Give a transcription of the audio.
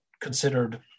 considered